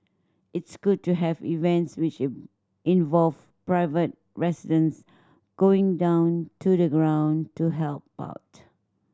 it's good to have events which involve private residents going down to the ground to help out